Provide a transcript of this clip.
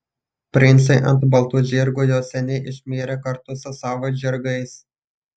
princai ant baltų žirgų jau seniai išmirė kartu su savo žirgais